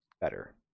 better